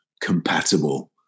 compatible